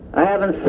i haven't